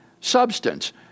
substance